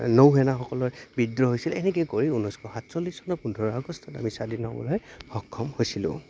নৌসেনাসকলৰ বিদ্ৰোহ হৈছিল এনেকৈ কৰি ঊনৈছশ সাতচল্লিছ চনৰ পোন্ধৰ আগষ্টত আমি স্বাধীন হ'বলৈ সক্ষম হৈছিলোঁ